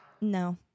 no